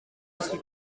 suis